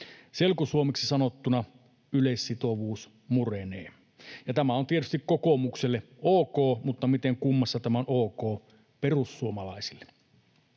Selkosuomeksi sanottuna yleissitovuus murenee. Ja tämä on tietysti kokoomukselle ok, mutta miten kummassa tämä on ok perussuomalaisille?